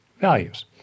Values